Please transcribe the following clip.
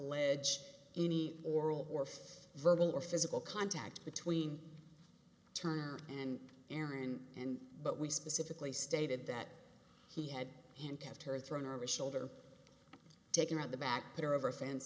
ege any oral or verbal or physical contact between turner and aaron and but we specifically stated that he had and kept her thrown of a shoulder taken at the back there over a fence